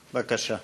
בבקשה.